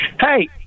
Hey